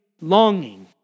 longing